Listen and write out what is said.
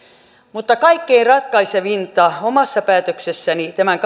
mutta kaikkein ratkaisevinta omassa päätöksessäni tämän